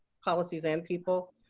policies and people.